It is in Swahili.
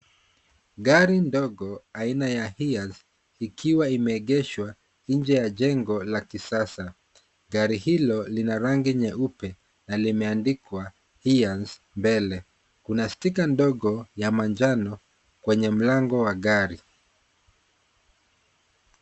Gari ndogo aina ya hiace ikiwa imeegeshwa nje ya jengo la kisasa. Gari hilo lina rangi nyeupe na limeandikwa hiace mbele, kuna sticker ndogo ya manjano kwenye mlango wa gari.